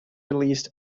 released